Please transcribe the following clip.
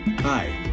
Hi